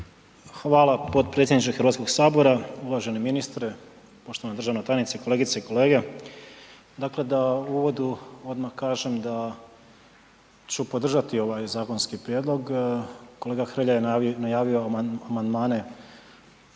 Hvala potpredsjedniče HS, uvaženi ministre, poštovana državna tajnice, kolegice i kolege. Dakle, da u uvodu odmah kažem da ću podržati ovaj zakonski prijedlog. Kolega Hrelja je najavio amandmane,